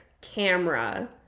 camera